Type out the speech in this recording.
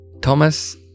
Thomas